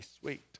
sweet